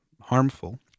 harmful